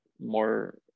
more